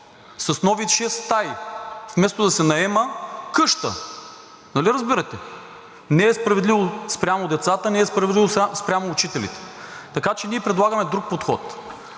с нови шест стаи, вместо да се наема къща. Нали разбирате? Не е справедливо спрямо децата, не е справедливо спрямо учителите. Ние предлагаме друг подход.